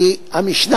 כי המשנה,